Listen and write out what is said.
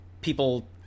people